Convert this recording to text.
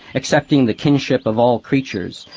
accepting the kinship of all creatures,